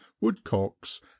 woodcocks